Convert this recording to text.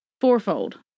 fourfold